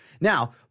Now